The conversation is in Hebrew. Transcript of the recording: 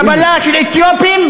קבלה של אתיופים,